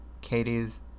Katie's